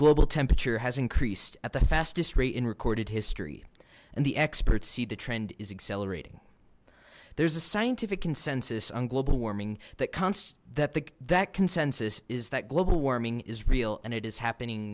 global temperature has increased at the fastest rate in recorded history and the experts see the trend is accelerating there's a scientific consensus on global warming that counts that the that consensus is that global warming is real and it is happening